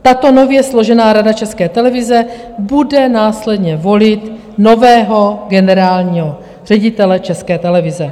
Tato nově složená Rada České televize bude následně volit nového generálního ředitele České televize.